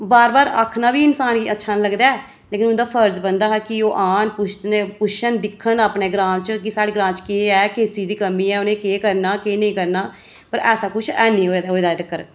बार बार आखना बी इन्सान गी अच्छा निं लगदा ऐ लेकिन उं'दा फर्ज बनदा हा कि ओह् औन पुछ पुच्छन दिक्खन अपने ग्रां च कि साढ़े ग्रां च केह् ऐ केह् किस चीज दी कमी ऐ उ'नें ई केह् करना केह् नेईं करना पर ऐसा किश ऐ निं होए दा ऐ अजें तक्कर